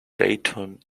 dayton